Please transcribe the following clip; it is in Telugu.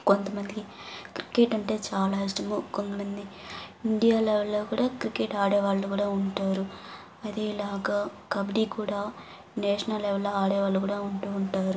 కొంతమందికి క్రికెట్ అంటే చాలా ఇష్టము కొంతమంది ఇండియా లో కూడా క్రికెట్ ఆడే వాళ్ళు కూడా ఉంటారు అది ఇలాగా కబడ్డీ కూడా నేషనల్ లెవల్లో ఆడే వాళ్ళు కూడా ఉంటూ ఉంటారు